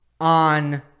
on